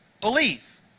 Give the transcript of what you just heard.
believe